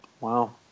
Wow